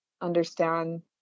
understand